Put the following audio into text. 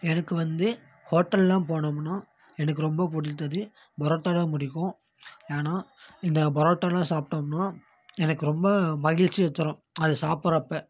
எனக்கு வந்து ஹோட்டல்லாம் போனோம்னால் எனக்கு ரொம்ப பிடித்தது பரோட்டா தான் பிடிக்கும் ஏன்னா இந்த பரோட்டாலாம் சாப்பிட்டோம்ன்னா எனக்கு ரொம்ப மகிழ்ச்சியை தரும் அது சாப்பிட்றப்ப